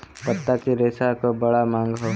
पत्ता के रेशा क बड़ा मांग हौ